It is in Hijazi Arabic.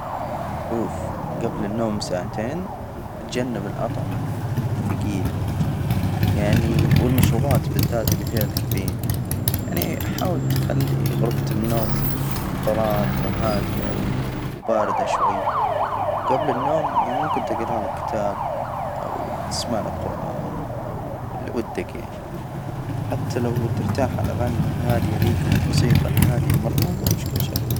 شوف جبل النوم بساعتين، اتجنب الأطعمة الثجيلة يعني، والمشروبات بالذات اللي فيها الكافيين، يعني حاول تخلي غرفة النوم ظلام وهادية و باردة شوي، وجبل النوم، يعني ممكن تجرالك كتاب أو تسمعلك قرآن أو إللي ودك، يعني حتى لو ترتاح على الأغاني الهادية ذيك الموسيقى الهادية مرة مو مشكلة شغلها.